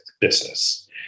business